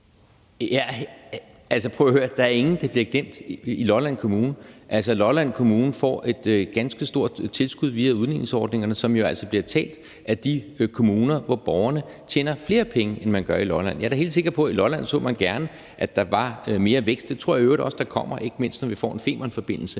(V): Prøv at høre, der er ingen, der bliver glemt i Lolland Kommune. Lolland Kommune får et ganske stort tilskud via udligningsordningerne, som jo altså kommer fra de kommuner, hvor borgerne tjener flere penge, end man gør i Lolland Kommune. Jeg er da helt sikker på, at i Lolland Kommune så man gerne, at der var mere vækst. Det tror jeg i øvrigt også der kommer, ikke mindst når vi får en Femernforbindelse.